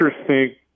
interesting